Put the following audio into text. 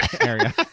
area